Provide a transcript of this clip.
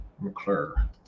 McClure